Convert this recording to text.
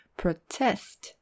protest